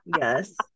Yes